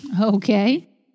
Okay